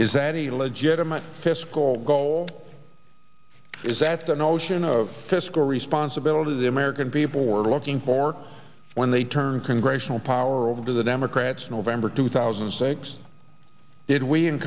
is that a legitimate fiscal goal is that the notion of fiscal responsibility the american people were looking for when they turned congressional power over to the democrats in november two thousand and six did we